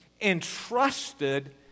entrusted